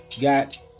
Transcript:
got